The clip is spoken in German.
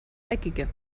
eckige